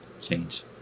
change